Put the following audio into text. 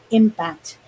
impact